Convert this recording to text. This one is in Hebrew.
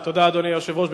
תודה, אדוני היושב-ראש.